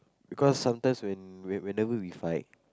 because sometimes when whenever we fight